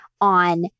on